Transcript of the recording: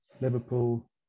Liverpool